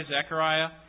Zechariah